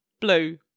Blue